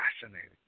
fascinating